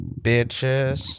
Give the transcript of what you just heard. bitches